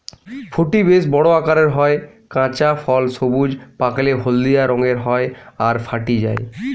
ফুটি বেশ বড় আকারের হয়, কাঁচা ফল সবুজ, পাকলে হলদিয়া রঙের হয় আর ফাটি যায়